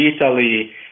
Italy